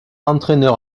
entraîneur